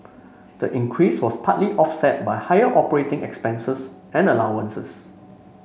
the increase was partly offset by higher operating expenses and allowances